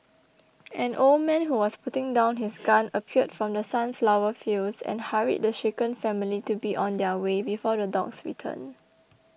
an old man who was putting down his gun appeared from the sunflower fields and hurried the shaken family to be on their way before the dogs return